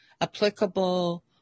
applicable